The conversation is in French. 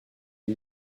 est